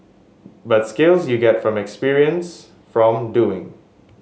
but skills you get from experience from doing